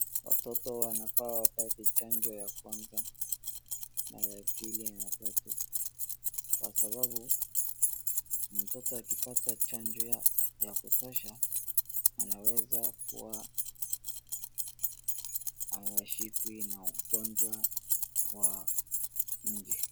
Watoto wanafaa wapate chanjo ya kwanza, na ya pili na tatu. Kwasababu mtoto akipata chanjo ya ya kutosha, anaweza kuwa hashikwi na ugonjwa wa nje.